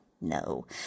No